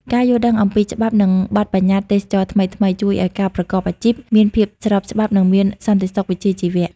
ការយល់ដឹងអំពីច្បាប់ និងបទបញ្ញត្តិទេសចរណ៍ថ្មីៗ ជួយឱ្យការប្រកបអាជីពមានភាពស្របច្បាប់ និងមានសន្តិសុខវិជ្ជាជីវៈ។